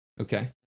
Okay